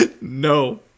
No